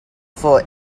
for